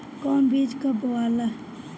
कौन बीज कब बोआला?